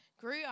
grew